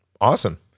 Awesome